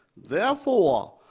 therefore,